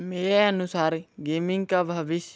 मेरे अनुसार गेमिंग का भविष्य